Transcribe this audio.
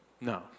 No